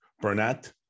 Burnett